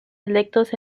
electos